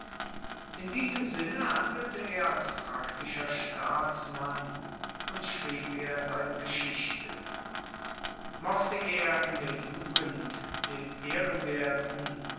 in diesem sinne handelte er als praktischer staatsmann und schrieb er seine geschichte mochte er in der jugend dem ehrenwerten